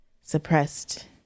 suppressed